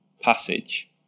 passage